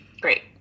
Great